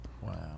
Wow